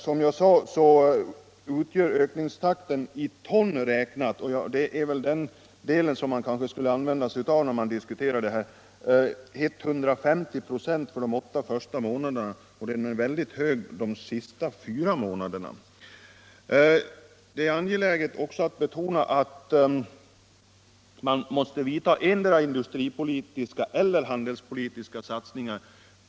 Som jag sade utgör utökningstakten i ton räknat — och det är kanske det måttet man skall använda när man diskuterar dessa frågor — 150 96 för de åtta första månaderna, och den är mycket hög för de sista fyra månaderna av den perioden. Det är också angeläget att betona att man måste göra endera industripolitiska eller handelspolitiska satsningar.